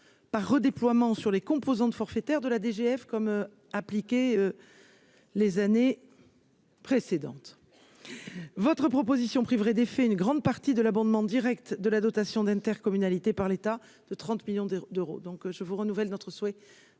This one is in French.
par redéploiement sur les composantes forfaitaires de la DGF comme appliqué les années précédentes, votre proposition priverait des une grande partie de l'abondement Direct. De la dotation d'intercommunalité par l'état de 30 millions d'euros,